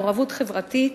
מעורבות חברתית